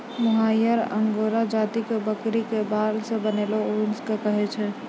मोहायिर angora जाति के बकरी के बाल सॅ बनलो ऊन कॅ कहै छै